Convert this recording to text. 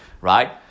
right